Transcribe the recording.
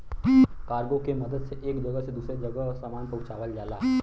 cargo के मदद से एक जगह से दूसरे जगह सामान पहुँचावल जाला